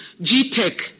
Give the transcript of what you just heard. GTEC